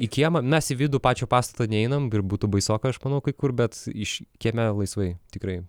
į kiemą mes į vidų pačio pastato neinam ir būtų baisoka aš manau kai kur bet iš kieme laisvai tikrai